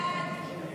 הסתייגות 40 לא